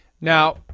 Now